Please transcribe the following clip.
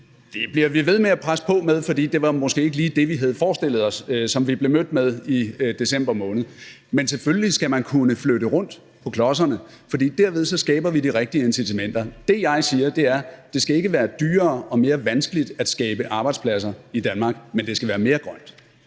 Det bliver vi ved med at presse på for; for det var måske ikke lige det, vi havde forestillet os, som vi blev mødt med i december måned. Men selvfølgelig skal man kunne flytte rundt på klodserne, for derved skaber vi de rigtige incitamenter. Det, jeg siger, er: Det ikke skal være dyrere og mere vanskeligt at skabe arbejdspladser i Danmark, men det skal være mere grønt.